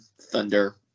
thunder